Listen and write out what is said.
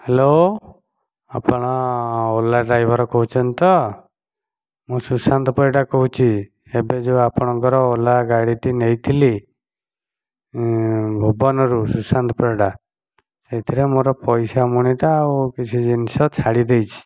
hello ଆପଣ Ola driver କହୁଛନ୍ତି ତ ମୁଁ ସୁଶାନ୍ତ ପରିଡା କହୁଛି ଏବେ ଯେଉଁ ଆପଣଙ୍କର ଓଲା ଗାଡିଟି ନେଇଥିଲି ଭୁବନରୁ ସୁଶାନ୍ତ ପରିଡା ସେଇଥିରେ ମୋର ପଇସା ମୁଣିଟା ଆଉ କିଛି ଜିନିଷ ଛାଡ଼ିଦେଇଛି